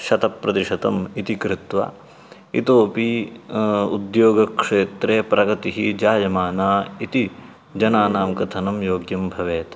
शतं प्रतिशतम् इति कृत्वा इतोऽपि उद्योगक्षेत्रे प्रगतिः जायमाना इति जनानां कथनं योग्यं भवेत्